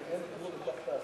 כך תעשו.